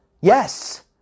Yes